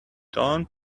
don’t